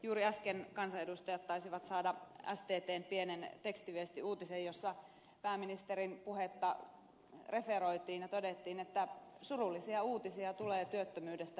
juuri äsken kansanedustajat taisivat saada sttn pienen tekstiviestiuutisen jossa pääministerin puhetta referoitiin ja todettiin että surullisia uutisia tulee työttömyydestä vielä pitkään